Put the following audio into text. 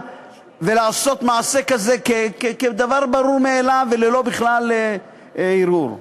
ולעשות מעשה כזה כדבר ברור מאליו וללא ערעור בכלל.